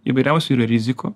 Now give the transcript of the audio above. įvairiausių ir rizikų